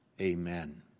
amen